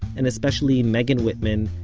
and especially megan whitman,